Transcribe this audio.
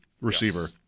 receiver